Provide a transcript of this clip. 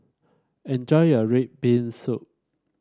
enjoy your red bean soup